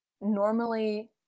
normally